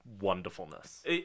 wonderfulness